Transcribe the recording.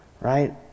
right